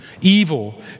evil